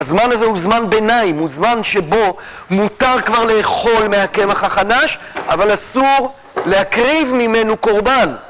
הזמן הזה הוא זמן ביניים, הוא זמן שבו מותר כבר לאכול מהקמח החדש אבל אסור להקריב ממנו קורבן